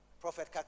Prophet